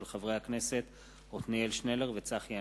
מאת חבר הכנסת דוד אזולאי,